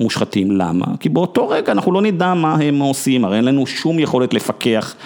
מושחתים למה? כי באותו רגע אנחנו לא נדע מה הם עושים, הרי אין לנו שום יכולת לפקח